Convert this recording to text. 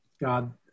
God